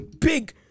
big